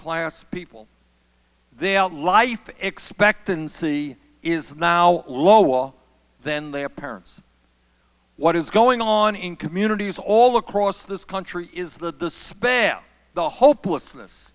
class people they are the life expectancy is now low wall then their parents what is going on in communities all across this country is that the span the hopelessness